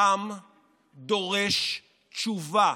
העם דורש תשובה: